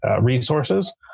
resources